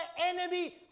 enemy